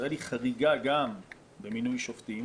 ישראל חריגה גם במינוי שופטים